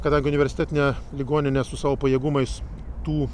kadangi universitetinė ligoninė su savo pajėgumais tų